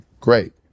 great